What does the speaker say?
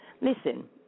listen